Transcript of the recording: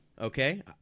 Okay